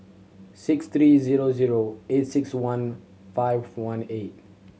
six three zero zero eight six one five four one eight